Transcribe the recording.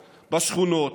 בשכונות,